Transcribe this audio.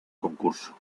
concurso